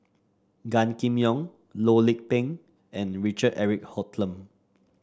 Gan Kim Yong Loh Lik Peng and Richard Eric Holttum